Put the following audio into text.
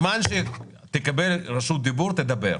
ארז, כשתקבל רשות דיבור, תדבר.